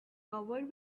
covered